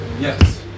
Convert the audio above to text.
Yes